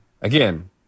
Again